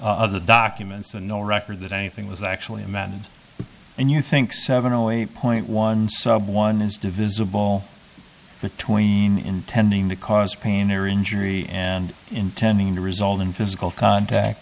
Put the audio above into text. other documents and no record that anything was actually imagine and you think seven only point one sub one is divisible between intending to cause pain or injury and intending to result in physical contact